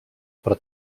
però